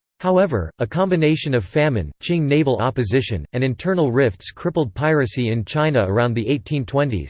however, a combination of famine, qing naval opposition, and internal rifts crippled piracy in china around the eighteen twenty s,